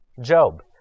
Job